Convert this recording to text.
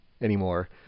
anymore